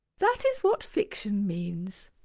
that is what fiction means.